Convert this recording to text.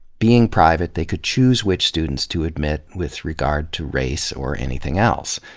being private, they could choose which students to admit with regard to race or anything else.